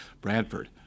Bradford